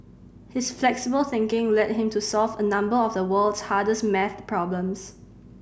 his flexible thinking led him to solve a number of the world's hardest maths problems